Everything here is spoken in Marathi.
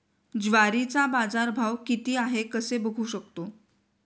ज्वारीचा बाजारभाव किती आहे कसे बघू शकतो?